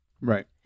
right